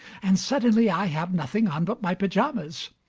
and suddenly i have nothing on but my pyjamas!